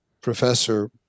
professor